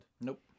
Nope